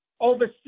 over